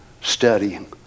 studying